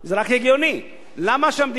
למה שהמדינה תפסיד את ההכנסות ממסים?